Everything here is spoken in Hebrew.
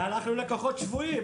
כי אנחנו לקוחות שבויים,